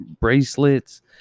bracelets